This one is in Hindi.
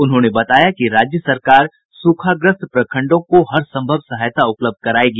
उन्होंने बताया कि राज्य सरकार सूखाग्रस्त प्रखंडों को लिए हर संभव सहायता उपलब्ध कराएगी